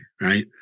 Right